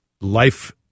life